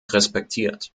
respektiert